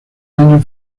año